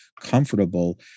comfortable